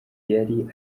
yari